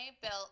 built